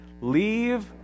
Leave